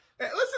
Listen